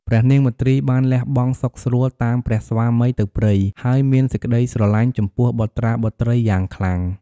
ព្រះនាងមទ្រីបានលះបង់សុខស្រួលតាមព្រះស្វាមីទៅព្រៃ ហើយមានសេចក្តីស្រឡាញ់ចំពោះបុត្រាបុត្រីយ៉ាងខ្លាំង។